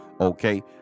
Okay